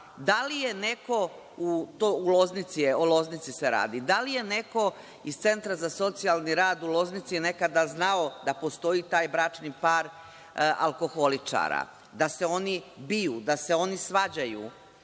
rane mu je zadala, o Loznici se radi. Da li je neko iz Centra za socijalni rad u Loznici nekada znao da postoji taj bračni par alkoholičara, da se oni biju, da se oni svađaju.